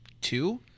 two